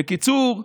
בקיצור,